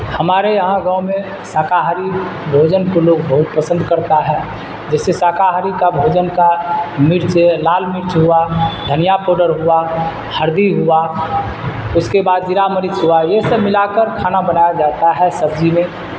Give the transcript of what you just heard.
ہمارے یہاں گاؤں میں شاکاہاری بھوجن کو لوگ بہت پسند کرتا ہے جیسے شاکاہاری کا بھوجن کا مرچ لال مرچ ہوا دھنیا پوڈر ہوا ہلدی ہوا اس کے بعد زیرا مرچ ہوا یہ سب ملا کر کھانا بنایا جاتا ہے سبزی میں